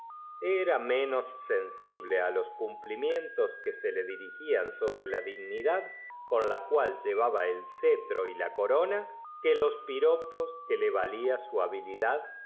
era menos sensible á los cumplimientos que so la dirigían sobre la dignidad con la cual llevaba el c etro y la coro na que los piropos que la valía su habili